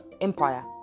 empire